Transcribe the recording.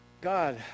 God